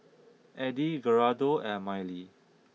Eddy Gerardo and Mylee